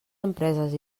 empreses